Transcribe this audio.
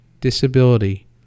disability